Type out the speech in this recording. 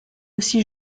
aussi